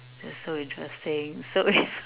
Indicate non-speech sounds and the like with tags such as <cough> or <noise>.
this is so interesting so <laughs>